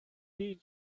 die